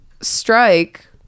strike